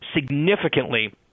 significantly